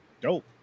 dope